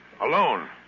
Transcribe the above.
Alone